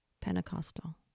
Pentecostal